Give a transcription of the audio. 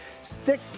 Stick